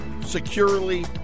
securely